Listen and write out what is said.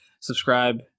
subscribe